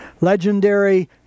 legendary